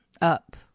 up